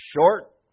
short